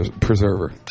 preserver